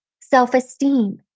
self-esteem